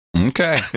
Okay